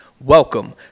Welcome